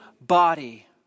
body